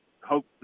hope